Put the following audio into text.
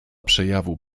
przejawu